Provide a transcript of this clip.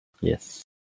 Yes